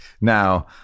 now